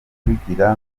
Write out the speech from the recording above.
rujugira